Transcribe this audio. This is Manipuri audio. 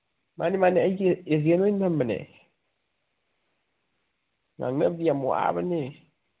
ꯃꯥꯅꯦ ꯃꯥꯅꯦ ꯑꯩꯒꯤ ꯑꯦꯖꯦꯟ ꯑꯣꯏꯅ ꯊꯝꯕꯅꯦ ꯉꯥꯡꯅꯕꯗꯤ ꯌꯥꯝ ꯋꯥꯕꯅꯦ